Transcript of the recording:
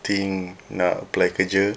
I think nak apply kerja